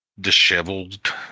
disheveled